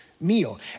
meal